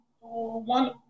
one